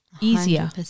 easier